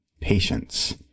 patience